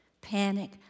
panic